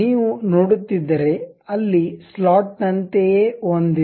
ನೀವು ನೋಡುತ್ತಿದ್ದರೆಅಲ್ಲಿ ಸ್ಲಾಟ್ ನಂತೆಯೇ ಒಂದಿದೆ